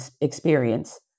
experience